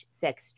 Sex